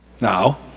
now